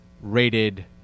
rated